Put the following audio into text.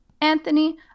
Anthony